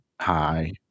Hi